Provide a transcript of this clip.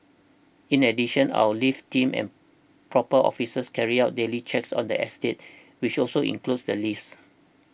in addition our lift team and proper officers carry out daily checks on the estates which also include the lifts